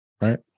Right